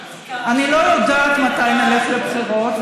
אני לא יודעת מתי נלך לבחירות,